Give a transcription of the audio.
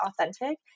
authentic